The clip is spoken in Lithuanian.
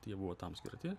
tai jie buvo tam skirti